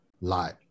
lie